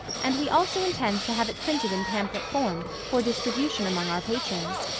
and we also intend to have it printed in pamphlet form for distribution among our patrons.